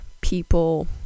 people